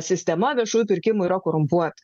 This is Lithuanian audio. sistema viešųjų pirkimų yra korumpuota